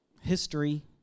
history